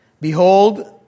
Behold